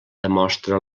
demostra